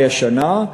השנה.